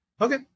okay